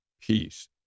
peace